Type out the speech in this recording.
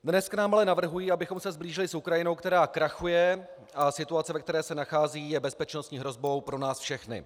Dneska nám ale navrhují, abychom se sblížili s Ukrajinou, která krachuje, a situace, ve které se nachází, je bezpečnostní hrozbou pro nás všechny.